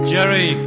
Jerry